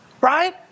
Right